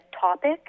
topic